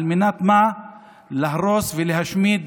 על מנת להרוס ולהשמיד